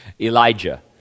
Elijah